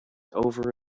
over